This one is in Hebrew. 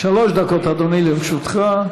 שלוש דקות, אדוני, לרשותך.